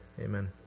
Amen